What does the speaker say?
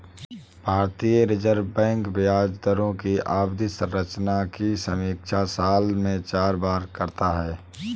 भारतीय reserve bank ब्याज दरों की अवधि संरचना की समीक्षा साल में चार बार करता है